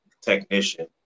technician